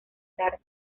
dar